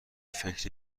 فکر